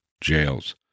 jails